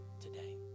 today